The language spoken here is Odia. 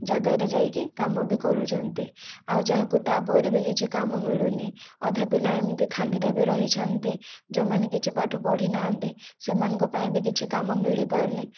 ଜାଗାରେ ଯାଇକି କାମ ବି କରୁଛନ୍ତି ଆଉ ଯାହାକୁ ତା ପରେ ବି କିଛି କାମ ମିଳୁନି ଅଧା ପିଲା ଏମିତି ଖାଲିରେ ବି ରହିଛନ୍ତି ଯେଉଁମାନେ କିଛି ପାଠ ପଢ଼ି ନାହାନ୍ତି ସେମାନଙ୍କ ପାଇଁ ବି କିଛି କାମ ମିଳିପାରୁନି